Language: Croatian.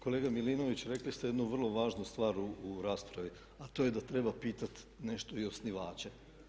Kolega Milinović rekli ste jednu vrlo važnu stvar u raspravi a to je da treba pitati nešto i osnivače.